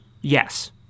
Yes